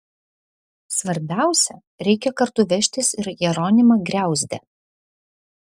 svarbiausia reikia kartu vežtis ir jeronimą griauzdę